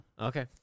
Okay